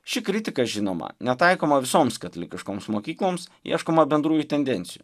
ši kritika žinoma netaikoma visoms katalikiškoms mokykloms ieškoma bendrųjų tendencijų